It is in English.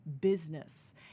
business